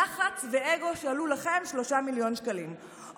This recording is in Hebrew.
יח"צ ואגו שעלו לכם 3 מיליון שקלים,